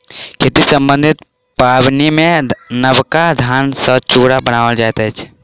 खेती सम्बन्धी पाबनिमे नबका धान सॅ चूड़ा बनाओल जाइत अछि